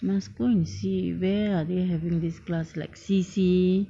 must go and see where are they having this class like C_C